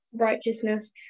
righteousness